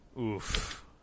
Oof